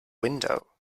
window